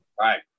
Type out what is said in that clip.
Right